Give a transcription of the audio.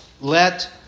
Let